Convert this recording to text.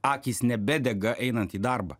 akys nebedega einant į darbą